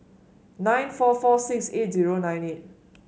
nine four four six eight zero nine eight